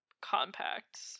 compact